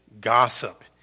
gossip